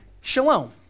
shalom